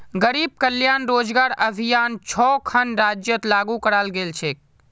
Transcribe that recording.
गरीब कल्याण रोजगार अभियान छो खन राज्यत लागू कराल गेल छेक